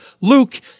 Luke